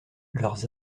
leurs